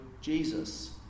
Jesus